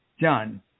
John